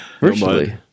virtually